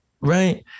right